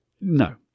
No